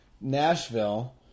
Nashville